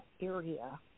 area